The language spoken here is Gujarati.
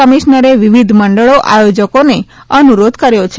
કમિશનરે વિવિધ મંડળો આયોજકો ને અનુરોધ કર્યો છે